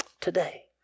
today